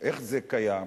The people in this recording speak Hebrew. איך זה קיים,